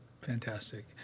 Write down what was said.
Fantastic